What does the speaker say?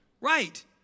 Right